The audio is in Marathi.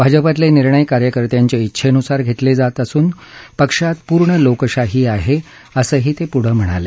भाजपातले निर्णय कार्यकर्त्यांच्या इच्छेनुसार घेतले जात असून पक्षात पूर्ण लोकशाही आहे असंही ते पुढं म्हणाले